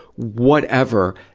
whatever.